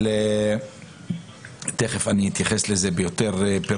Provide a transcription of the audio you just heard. אבל תכף אני אתייחס לזה יותר בפירוט.